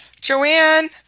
Joanne